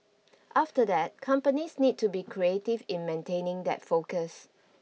after that companies need to be creative in maintaining that focus